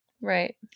Right